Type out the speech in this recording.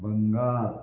Bengal